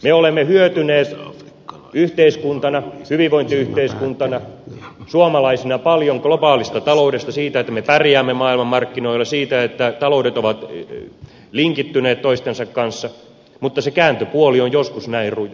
me olemme hyötyneet suomalaisena hyvinvointiyhteiskuntana paljon globaalista taloudesta siitä että me pärjäämme maailmanmarkkinoilla siitä että taloudet ovat linkittyneet toistensa kanssa mutta se kääntöpuoli on joskus näin rujo